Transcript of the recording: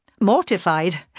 mortified